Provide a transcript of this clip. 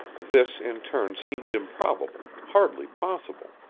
this in turn seemed improbable, hardly possible.